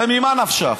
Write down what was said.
הרי ממה נפשך,